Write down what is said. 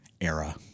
era